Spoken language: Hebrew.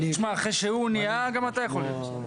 תשמע, אחרי שהוא נהייה, גם אתה יכול להיות.